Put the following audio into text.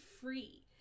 free